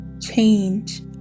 Change